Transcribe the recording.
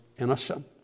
innocent